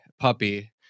puppy